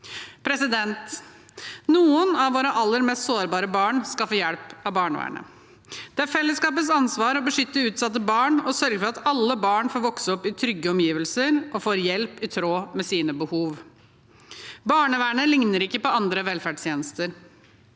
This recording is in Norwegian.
Rødt. Noen av våre aller mest sårbare barn skal få hjelp av barnevernet. Det er fellesskapets ansvar å beskytte utsatte barn og sørge for at alle barn får vokse opp i trygge omgivelser og får hjelp i tråd med sine behov. Barnevernet ligner ikke på andre velferdstjenester.